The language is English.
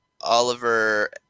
Oliver